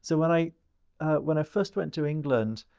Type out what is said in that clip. so when i when i first went to england